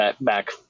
back